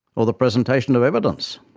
or the presentation of evidence.